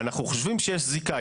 אנחנו חושבים שיש זיקה,